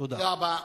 תודה רבה.